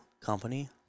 company